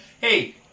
hey